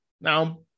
now